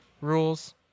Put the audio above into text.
rules